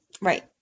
Right